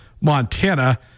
Montana